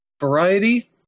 Variety